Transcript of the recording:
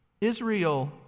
Israel